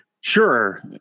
Sure